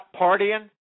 partying